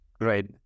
Great